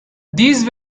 these